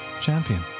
champion